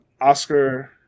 Oscar